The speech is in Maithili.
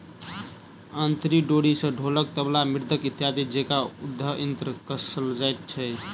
अंतरी डोरी सॅ ढोलक, तबला, मृदंग इत्यादि जेंका वाद्य यंत्र कसल जाइत छै